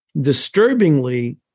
disturbingly